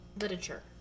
literature